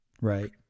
Right